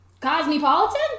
Cosmopolitan